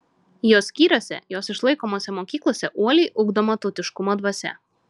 jos skyriuose jos išlaikomose mokyklose uoliai ugdoma tautiškumo dvasia